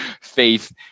faith